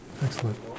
Excellent